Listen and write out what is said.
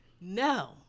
no